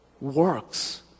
works